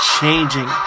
changing